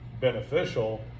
beneficial